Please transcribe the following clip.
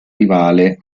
rivale